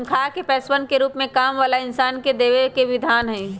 तन्ख्वाह के पैसवन के रूप में काम वाला इन्सान के देवे के विधान हई